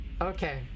Okay